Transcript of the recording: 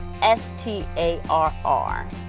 S-T-A-R-R